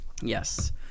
Yes